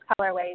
Colorways